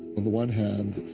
on the one hand,